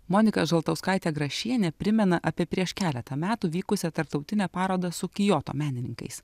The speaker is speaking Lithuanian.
monika žaltauskaitė grašienė primena apie prieš keletą metų vykusią tarptautinę parodą su kioto menininkais